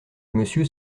monsieur